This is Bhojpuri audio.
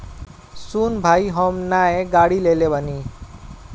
सुन भाई हम नाय गाड़ी लेले बानी